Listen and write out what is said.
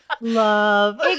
love